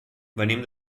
venim